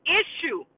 issue